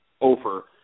over